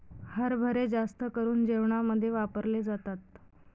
हरभरे जास्त करून जेवणामध्ये वापरले जातात